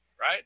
right